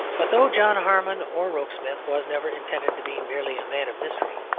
but though john harmon or rokesmith was never intended to be merely a man of mystery,